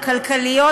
הכלכליות,